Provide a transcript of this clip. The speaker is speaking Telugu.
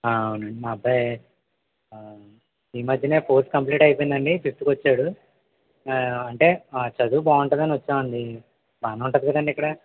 అవునండి మా అబ్బాయి ఈ మధ్యనే ఫోర్త్ కంప్లీట్ అయిపోయిందండి ఫిఫ్త్కి వచ్చాడు ఆ అంటే చదువు బాగుంటుందని వచ్చామండి బాగానే ఉంటుందికదండి ఇక్కడా